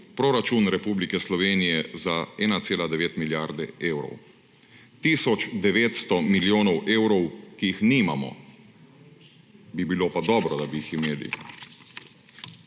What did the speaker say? proračun Republike Slovenije za 1,9 milijarde evrov. Tisoč 900 milijonov evrov, ki jih nimamo, bi pa bilo dobro, da bi jih imeli.